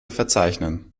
verzeichnen